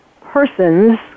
persons